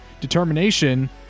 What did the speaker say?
determination